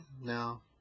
No